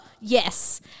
yes